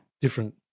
different